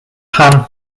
pan